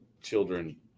children